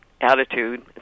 attitude